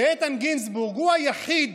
שאיתן גינזבורג הוא היחיד,